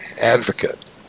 advocate